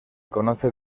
conoce